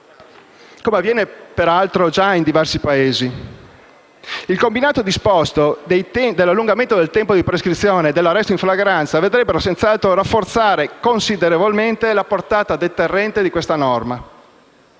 come avviene già, peraltro, in diversi altri Paesi. Il combinato disposto dell'allungamento dei tempi di prescrizione e dell'arresto in flagranza vedrebbe senz'altro rafforzare considerevolmente la portata deterrente della norma.